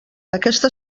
aquesta